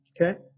Okay